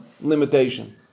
limitation